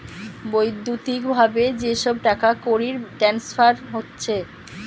বৈদ্যুতিক ভাবে যে সব টাকাকড়ির ট্রান্সফার হচ্ছে